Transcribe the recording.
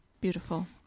Beautiful